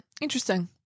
Interesting